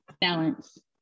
balance